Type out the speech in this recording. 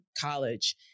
college